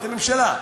את הממשלה,